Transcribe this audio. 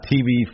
TV